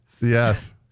Yes